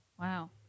Wow